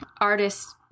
artists